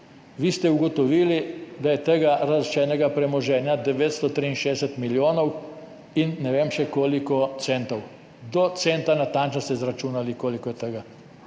Vi ste ugotovili, da je tega razlaščenega premoženja 963 milijonov in ne vem še koliko centov, do centa natančno ste izračunali, koliko je tega,